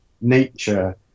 nature